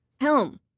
Helm